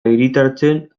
hiritartzen